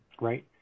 Right